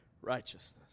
righteousness